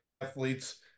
Athletes